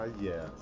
yes